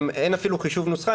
אין אפילו חישוב נוסחה,